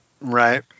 Right